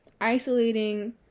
isolating